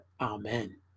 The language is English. Amen